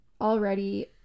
already